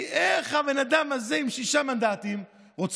האם מי ששואף לרוקן את זהותה של מדינת ישראל מכל